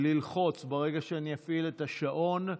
ברגע שאני אפעיל את השעון,